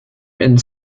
and